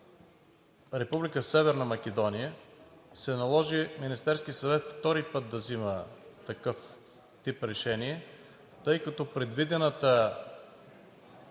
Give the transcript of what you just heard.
Република Северна Македония се наложи Министерският съвет втори път да взима такъв тип решение, тъй като предвидената